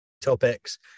topics